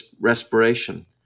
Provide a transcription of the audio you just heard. Respiration